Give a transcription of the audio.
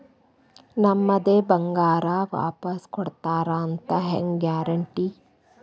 ನಮ್ಮದೇ ಬಂಗಾರ ವಾಪಸ್ ಕೊಡ್ತಾರಂತ ಹೆಂಗ್ ಗ್ಯಾರಂಟಿ?